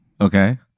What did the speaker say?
Okay